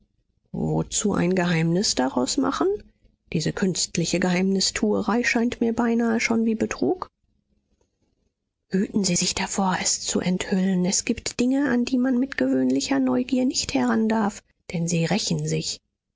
wozu ein geheimnis daraus machen diese künstliche geheimnistuerei scheint mir beinahe schon wie betrug hüten sie sich davor es zu enthüllen es gibt dinge an die man mit gewöhnlicher neugier nicht herandarf denn sie rächen sich